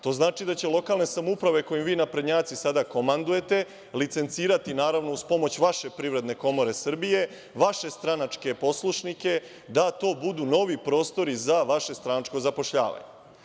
To znači da će lokalne samouprave, kojim vi naprednjaci sada komandujete, licencirati, naravno uz pomoć vaše Privredne komore Srbije, vaše stranačke poslušnike da to budu novi prostori za vaše stranačko zapošljavanje.